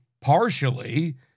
partially